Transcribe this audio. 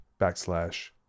backslash